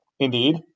Indeed